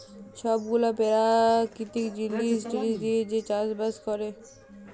ছব গুলা পেরাকিতিক জিলিস টিলিস দিঁয়ে যে চাষ বাস ক্যরে